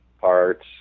parts